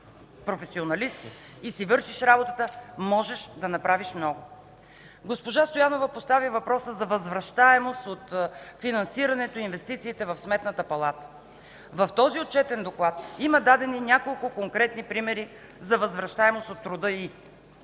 професионалисти и си вършиш работата, можеш да направиш много. Госпожа Стоянова постави въпроса за възвръщаемост от финансирането, инвестициите в Сметната палата. В този Отчетен доклад има дадени няколко конкретни примера за възвръщаемост от труда й